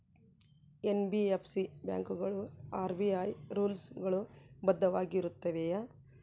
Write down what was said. NBFC ಬ್ಯಾಂಕುಗಳು RBI rules ಗಳು ಬದ್ಧವಾಗಿ ಇರುತ್ತವೆಯ?